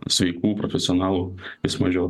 sveikų profesionalų vis mažiau